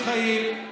גם פלסטינים חיים.